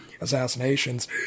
assassinations